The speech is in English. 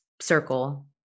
circle